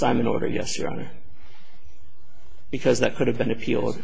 simon order yesterday because that could have been appeal